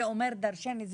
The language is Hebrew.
זה אומר דרשני.